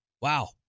Wow